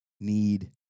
Need